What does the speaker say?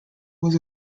was